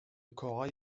corail